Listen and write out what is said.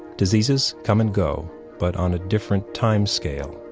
diseases come and go but on a different time scale.